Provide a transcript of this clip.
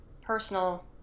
personal